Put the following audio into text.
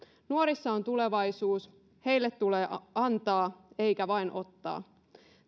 nuorissa on tulevaisuus heille tulee antaa eikä vain heiltä ottaa